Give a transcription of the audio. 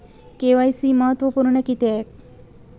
KYC महत्त्वपुर्ण किद्याक?